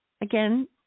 Again